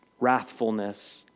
wrathfulness